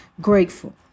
grateful